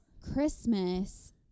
Christmas